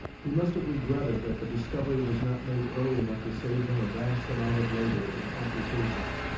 he must have regretted that the discovery was not made early enough to save him a vast amount of labour in computations,